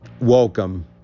welcome